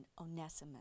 Onesimus